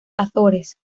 azores